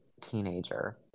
teenager